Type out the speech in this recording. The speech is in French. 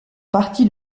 partie